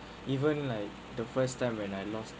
even like the first time when I lost